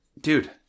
dude